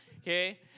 Okay